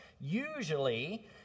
Usually